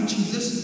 Jesus